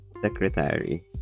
Secretary